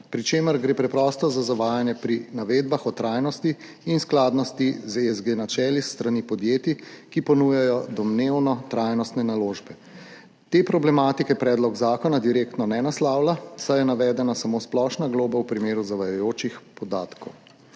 pri čemer gre preprosto za zavajanje pri navedbah o trajnosti in skladnosti z ESG načeli s strani podjetij, ki ponujajo domnevno trajnostne naložbe. Te problematike predlog zakona direktno ne naslavlja, saj je navedena samo splošna globa v primeru zavajajočih podatkov.